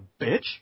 bitch